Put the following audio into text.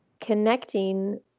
connecting